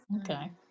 Okay